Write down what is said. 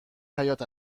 حیات